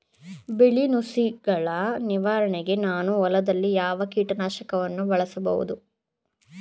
ಬಿಳಿ ನುಸಿಗಳ ನಿವಾರಣೆಗೆ ನಾನು ಹೊಲದಲ್ಲಿ ಯಾವ ಕೀಟ ನಾಶಕವನ್ನು ಬಳಸಬಹುದು?